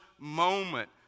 moment